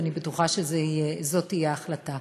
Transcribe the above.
ואני בטוחה שזו תהיה ההחלטה.